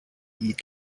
eat